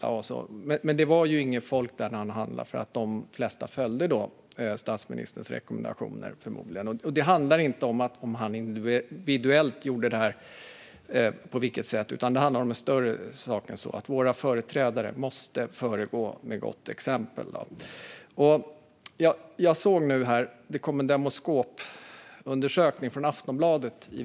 Men förmodligen var det inte något folk där när han handlade eftersom de flesta följde statsministerns rekommendationer. Det handlar inte om på vilket sätt han individuellt gjorde det här utan om en större sak än så. Våra företrädare måste föregå med gott exempel. I veckan kom en Demoskopundersökning i Aftonbladet.